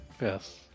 Yes